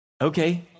Okay